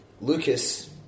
Lucas